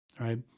right